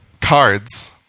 cards